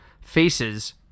faces